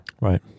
Right